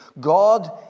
God